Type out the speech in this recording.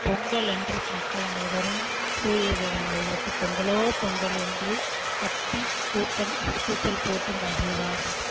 பொங்கல் அன்று மக்கள் அனைவரும் சூரிய தேவனை வழிப்பட்டு பொங்கலோ பொங்கல் என்று கத்தி கூப்பல் கூச்சல் போட்டு மகிழ்வார்கள்